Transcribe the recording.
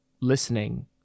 listening